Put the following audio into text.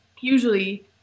usually